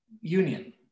union